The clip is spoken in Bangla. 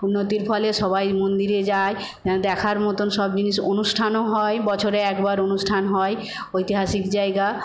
উন্নতির ফলে সবাই মন্দিরে যায় দেখার মতোন সব জিনিস অনুষ্ঠানও হয় বছরে একবার অনুষ্ঠান হয় ঐতিহাসিক জায়গা